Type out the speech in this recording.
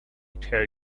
tell